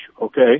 Okay